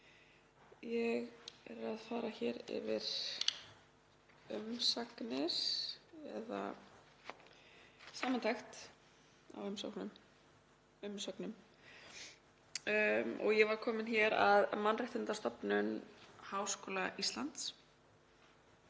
Ég er hér að fara yfir umsagnir eða samantekt á umsóknum. Ég var komin að Mannréttindastofnun Háskóla Íslands.